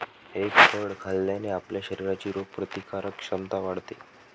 egg फळ खाल्ल्याने आपल्या शरीराची रोगप्रतिकारक क्षमता वाढते